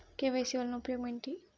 KYC వలన ఉపయోగం ఏమిటీ?